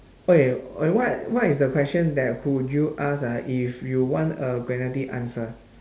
okay wait what what is the question that would you ask ah if you want a very deep answer